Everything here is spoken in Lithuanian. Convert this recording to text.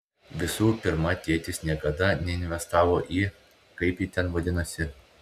visų pirma tėtis niekada neinvestavo į kaip ji ten vadinosi